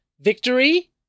victory